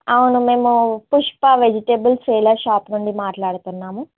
అవును మేము Pushpa vegetable seller shop నుండి మాట్లాడుతున్నాము